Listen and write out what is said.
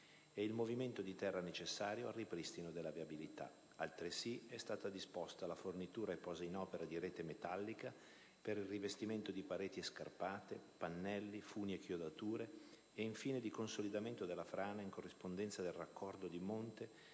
e il movimento di terra necessario al ripristino della viabilità; è stata altresì disposta la fornitura e posa in opera di rete metallica per il rivestimento di pareti e scarpate, pannelli, funi e chiodature e, infine, di consolidamento della frana in corrispondenza del raccordo di monte